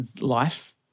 life